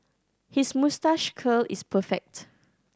his moustache curl is perfect